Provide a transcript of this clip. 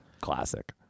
Classic